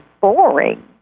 boring